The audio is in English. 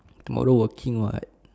tomorrow working [what]